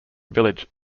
village